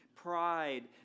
pride